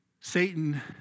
Satan